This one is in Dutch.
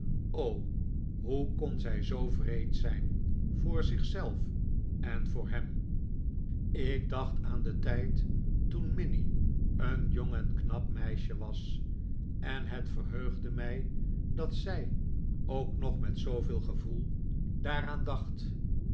o hoe kon zij zoo wreed zijn voor zichzelf en voor hem ik dacht aan den tijd toen minnie een jong en knap meisje was en het verheugde mij dat zij ook nog met zooveel gevoel daaraan dacht